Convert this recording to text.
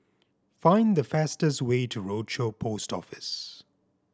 find the fastest way to Rochor Post Office